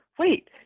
wait